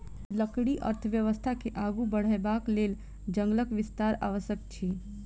लकड़ी अर्थव्यवस्था के आगू बढ़यबाक लेल जंगलक विस्तार आवश्यक अछि